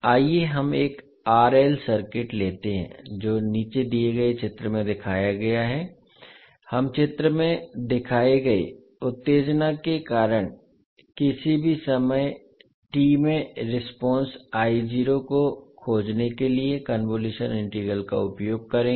आइए हम एक RL सर्किट लेते हैं जो नीचे दिए गए चित्र में दिखाया गया है हम चित्र में दिखाए गए उत्तेजना के कारण किसी भी समय t में रेस्पोंस को खोजने के लिए कन्वोलुशन इंटीग्रल का उपयोग करेंगे